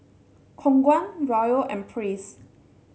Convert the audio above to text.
Khong Guan Raoul and Praise